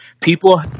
people